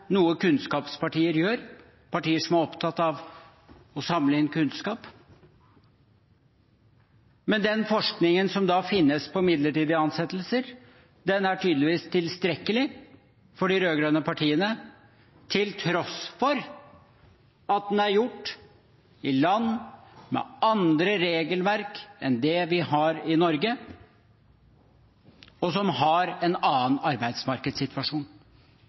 noe kunnskapspartier – partier som er opptatt av å samle inn kunnskap – gjør. Men den forskningen som finnes på midlertidige ansettelser, er tydeligvis tilstrekkelig for de rød-grønne partiene, til tross for at den er gjort i land med andre regelverk enn det vi har i Norge, og som har en annen arbeidsmarkedssituasjon.